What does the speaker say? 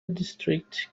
district